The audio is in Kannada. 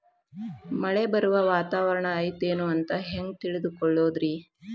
ಮಳೆ ಬರುವ ವಾತಾವರಣ ಐತೇನು ಅಂತ ಹೆಂಗ್ ತಿಳುಕೊಳ್ಳೋದು ರಿ?